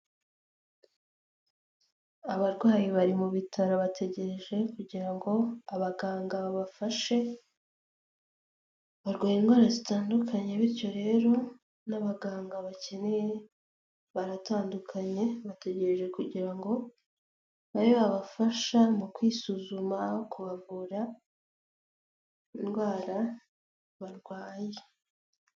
Abarwayi bari mu bitaro bategereje kugira ngo abaganga babafashe, barwaye indwara zitandukanye bityo rero n'abaganga bakeneye baratandukanye, bategereje kugira ngo babe babafasha, mu kwisuzuma, kubavura indwara barwaye.